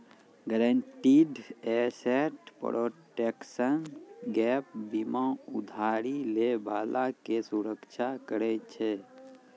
guaranteed asset protection gap बीमा उधारी लै बाला के सुरक्षा करै छै